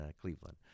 Cleveland